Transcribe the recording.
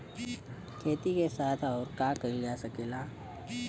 खेती के साथ अउर का कइल जा सकेला?